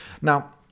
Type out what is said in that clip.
Now